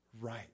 right